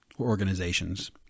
organizations